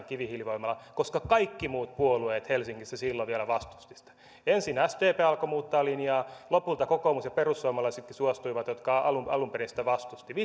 kivihiilivoimala koska kaikki muut puolueet helsingissä silloin vielä vastustivat sitä ensin sdp alkoi muuttaa linjaa lopulta kokoomus ja perussuomalaisetkin suostuivat jotka alun perin sitä vastustivat